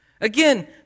Again